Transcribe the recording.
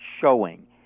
showing